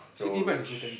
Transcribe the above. Citibank also ten K